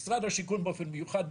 משרד השיכון באופן מיוחד,